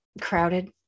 crowded